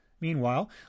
Meanwhile